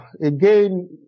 again